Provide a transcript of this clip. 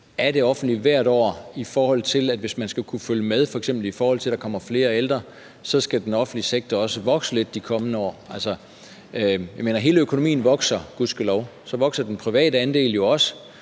af det offentlige hvert år – at hvis man skal kunne følge med, at der f.eks. kommer flere ældre, så skal den offentlige sektor også vokse lidt de kommende år. Altså, hele økonomien vokser gudskelov, og så vokser den private andel jo også,